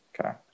Okay